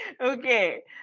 Okay